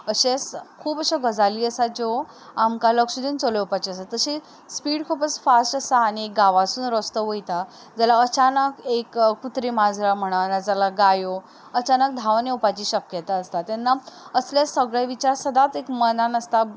खूब अश्यो गजाली आसा ज्यो आमकां लक्ष दिवन चलोवपाच्यो आसा तशी स्पीड कमी स्पीड खुबूच फास्ट आसा आनी गांवांसून रस्तो वयता जाल्या अचानक एक कुत्री मांजरां म्हणा नाजाल्या गायो अचानक धांवून येवपाच्यो शक्यता आसता तेन्ना असलें सगलें विचार सदांच एक मनान आसता